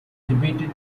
debated